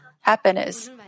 happiness